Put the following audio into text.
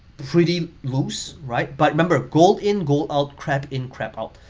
pretty lose, right? but remember gold in, gold out, crap in, crap out,